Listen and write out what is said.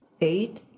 Eight